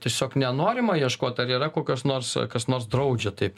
tiesiog nenorima ieškot ar yra kokios nors kas nors draudžia taip